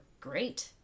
great